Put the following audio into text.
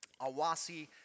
Awasi